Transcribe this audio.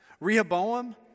Rehoboam